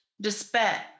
despair